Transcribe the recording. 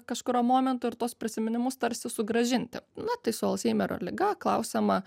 kažkuriuo momentu ir tuos prisiminimus tarsi sugrąžinti na tai su alzheimerio liga klausiama